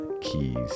keys